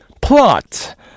Plot